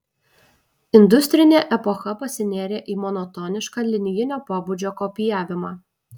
industrinė epocha pasinėrė į monotonišką linijinio pobūdžio kopijavimą